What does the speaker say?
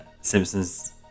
Simpsons